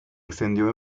extendió